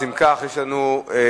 אז אם כך יש לנו הצעה